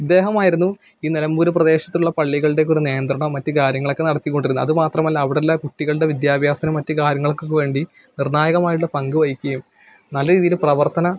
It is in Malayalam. ഇദ്ദേഹമായിരുന്നു ഈ നിലമ്പൂര് പ്രദേശത്തുള്ള പള്ളികളുടെ ഒക്കെ ഒരു നിയന്ത്രണവും മറ്റ് കാര്യങ്ങളൊക്കെ നടത്തിക്കൊണ്ടിരുന്നത് അത് മാത്രമല്ല അവിടെയുള്ള കുട്ടികളുടെ വിദ്യാഭ്യാസത്തിനും മറ്റ് കാര്യങ്ങള്ക്കൊക്കെ വേണ്ടി നിര്ണ്ണായകമായിട്ടുള്ള പങ്ക് വഹിക്കുകയും നല്ല രീതിയിൽ പ്രവര്ത്തന